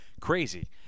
crazy